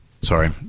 sorry